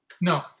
No